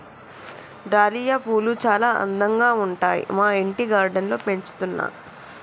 dahlia పూలు చాల అందంగా ఉంటాయి మా ఇంటి గార్డెన్ లో పెంచుతున్నా